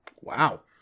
Wow